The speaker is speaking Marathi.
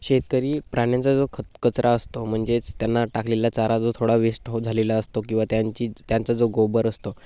शेतकरी प्राण्यांचा जो खत कचरा असतो म्हणजेच त्यांना टाकलेला चारा जो थोडा वेस्ट हो झालेला असतो किंवा त्यांची त्यांचा जो गोबर असतो